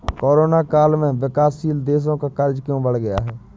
Corona काल में विकासशील देशों का कर्ज क्यों बढ़ गया है?